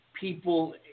people